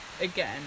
again